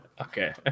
okay